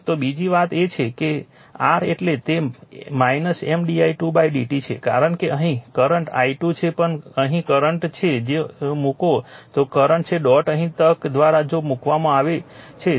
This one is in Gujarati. તો બીજી વાત એ છે કે r એટલે તે M di2 dt છે કારણ કે અહીં કરંટ i2 છે પણ અહીં કરંટ છે જો મુકો તો કરંટ છે ડોટ અહીં તક દ્વારા જો મૂકવામાં આવે છે